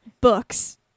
books